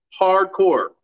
Hardcore